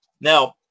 Now